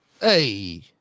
hey